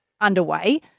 underway